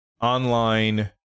online